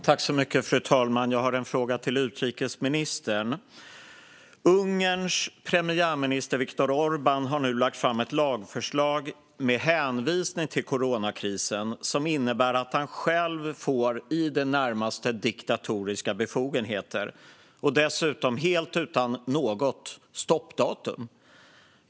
Fru talman! Jag har en fråga till utrikesministern. Ungerns premiärminister Viktor Orbán har nu med hänvisning till coronakrisen lagt fram ett lagförslag som innebär att han själv får i det närmaste diktatoriska befogenheter, dessutom helt utan något stoppdatum.